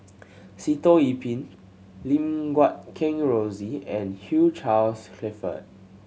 Sitoh Yih Pin Lim Guat Kheng Rosie and Hugh Charles Clifford